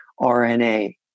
RNA